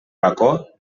bacó